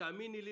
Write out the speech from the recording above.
תאמיני לי,